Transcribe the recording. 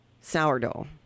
sourdough